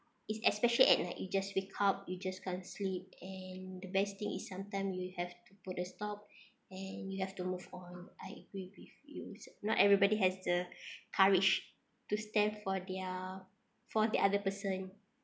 is especially at night you just wake up you just can't sleep and the best thing is sometime you have to put a stop and you have to move on I agree with you not everybody has the courage to stand for their for the other person